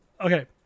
Okay